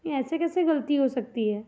नहीं ऐसे कैसे ग़लती हो सकती है